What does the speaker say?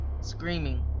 screaming